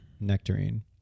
Nectarine